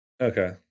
Okay